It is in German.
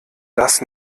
das